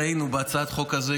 ראינו בהצעת החוק הזו,